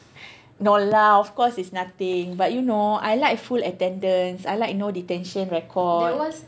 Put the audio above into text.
no lah of course it's nothing but you know I like full attendance I like no detention records